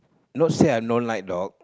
not say I don't like dog